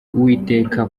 uwiteka